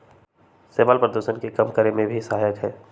शैवाल प्रदूषण के कम करे में भी सहायक हई